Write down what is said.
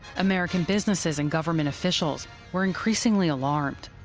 american businesses and government officials were increasingly alarmed.